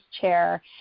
chair